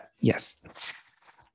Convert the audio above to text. Yes